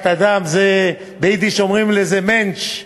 בת-אדם, ביידיש קוראים לזה "מענטש".